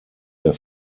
der